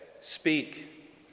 Speak